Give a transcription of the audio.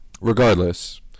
Regardless